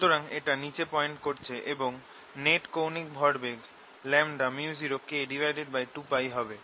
সুতরাং এটা নিচে পয়েন্ট করছে এবং নেট কৌণিক ভরবেগ µ0K2π হবে